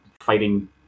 fighting